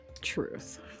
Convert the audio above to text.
Truth